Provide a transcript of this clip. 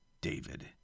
David